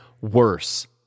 worse